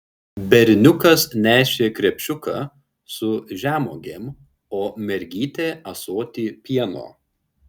berniukas nešė krepšiuką su žemuogėm o mergytė ąsotį pieno